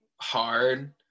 hard